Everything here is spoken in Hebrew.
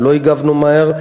שלא הגבנו מהר,